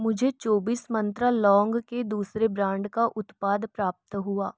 मुझे चौबीस मंत्रा लौंग के दूसरे ब्रांड का उत्पाद प्राप्त हुआ